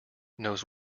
knows